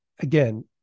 Again